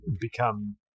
become